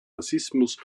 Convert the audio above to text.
rassismus